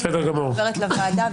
אני עוברת לוועדה,